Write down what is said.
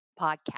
podcast